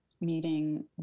meeting